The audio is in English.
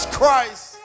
Christ